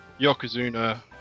yokozuna